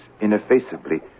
ineffaceably